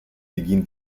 begin